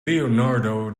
leonardo